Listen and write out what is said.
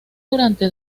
durante